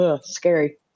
scary